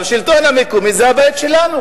השלטון המקומי זה הבית שלנו,